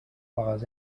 claus